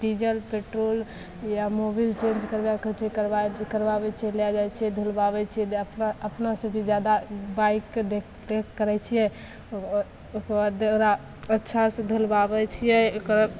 diesel petrol या Mobil change करबैके होइ छै करबै करबाबै छिए लै जाइ छिए धुलबाबै छिए अपना अपनासे भी जादा बाइकके देखरेख करै छिए ओकर बाद ओकरा अच्छासे धुलबाबै छिए ओकर